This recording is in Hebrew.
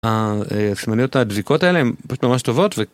הסימניות הדביקות האלה הן פשוט ממש טובות